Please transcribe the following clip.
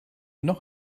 noch